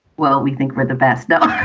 well, we think we're the best. the